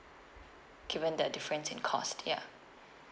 given the difference in cost ya